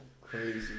Crazy